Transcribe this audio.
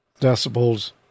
decibels